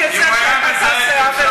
הוא היה מזהה,